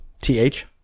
th